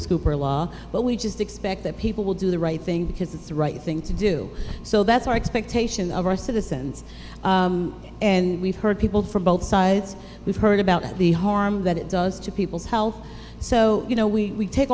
scooper law but we just expect that people will do the right thing because it's the right thing to do so that's our expectation of our citizens and we've heard people from both sides we've heard about the harm that it does to people's health so you know we take